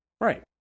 Right